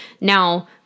Now